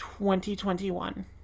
2021